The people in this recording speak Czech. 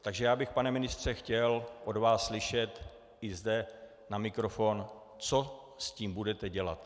Takže bych, pane ministře, chtěl od vás slyšet i zde na mikrofon, co s tím budete dělat.